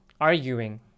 arguing